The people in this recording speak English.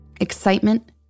Excitement